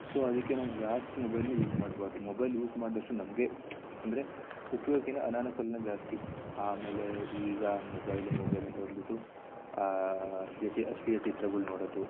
so ಅದಕ್ಕೆ ನಾವು ಜಾಸ್ತಿ ಮೊಬೈಲ್ನ ಯೂಸ್ ಮಾಡಬಾರ್ದು ಮೊಬೈಲ್ ಯೂಸ್ ಮಾಡಿದಷ್ಟು ನಮಗೆ ಅಂದರೆ ಉಪ್ಯೋಗಕಿಂತ ಅನಾನುಕೂಲ್ವೇ ಜಾಸ್ತಿ ಆಮೇಲೆ ಈಗ ಮೊಬೈಲು ಮೊಬೈಲ್ ಅಂತ ಬಂದ್ಬಿಟ್ಟು ಅಶ್ಲೀಲ ಅಶ್ಲೀಲ ಚಿತ್ರಗಳು ನೋಡೋದು